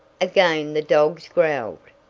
again the dogs growled,